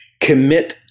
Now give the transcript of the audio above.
commit